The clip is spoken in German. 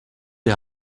die